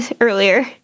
earlier